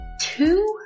two